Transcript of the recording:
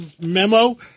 memo